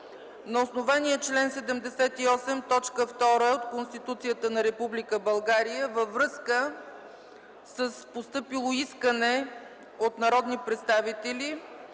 на основание чл. 78, т. 2 от Конституцията на Република България във връзка с постъпило искане от народни представители